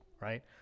right